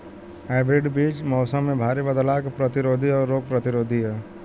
hybrid बीज मौसम में भारी बदलाव के प्रतिरोधी और रोग प्रतिरोधी ह